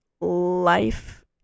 life